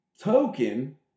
token